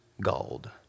gold